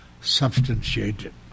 substantiated